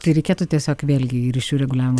tai reikėtų tiesiog vėlgi į ryšių reguliavimo